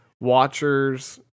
watchers